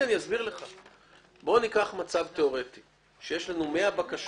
בוא ניקח מצב תיאורטי שבו יש לנו 100 בקשות